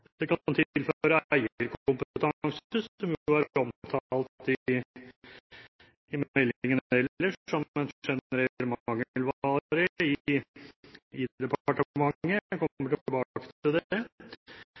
Det kan tilføre selskapet kapital, det kan tilføre eierkompetanse, som jo er omtalt i meldingen ellers som en generell mangelvare i departementet – jeg kommer